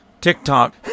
tiktok